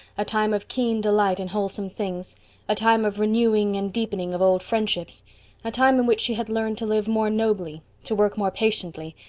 a time of keen delight in wholesome things a time of renewing and deepening of old friendships a time in which she had learned to live more nobly, to work more patiently,